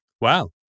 Wow